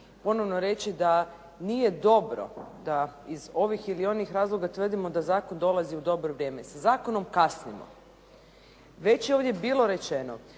ponovno reći da nije dobro da iz ovih ili onih razloga tvrdimo da zakon dolazi u dobro vrijeme. Sa zakonom kasnimo. Već je ovdje bilo rečeno